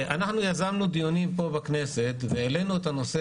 אנחנו יזמנו דיונים פה בכנסת והעלנו את הנושא,